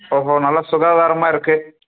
ஓஹோ நல்லா சுகாதாரமாக இருக்கு